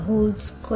dydx12XYhk 1Xh22